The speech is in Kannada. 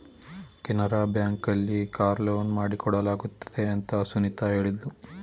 ಕೆನರಾ ಬ್ಯಾಂಕ್ ಅಲ್ಲಿ ಕಾರ್ ಲೋನ್ ಕೊಡಲಾಗುತ್ತದೆ ಅಂತ ಸುನಿತಾ ಹೇಳಿದ್ಲು